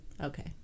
Okay